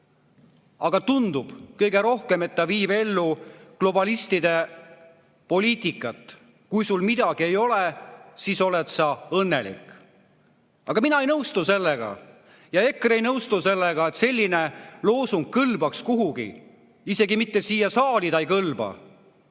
Aga tundub, et kõige rohkem viib ta ellu globalistide poliitikat: kui sul midagi ei ole, siis oled sa õnnelik. Aga mina ei nõustu sellega ja EKRE ei nõustu sellega, et selline loosung kuhugi kõlbaks, isegi siia saali ta ei kõlba.